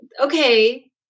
okay